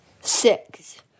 six